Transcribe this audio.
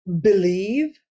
believe